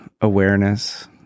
awareness